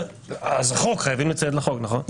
אבל אני לא הפרעתי לך אז אני מבקש את אותו יחס בדיוק.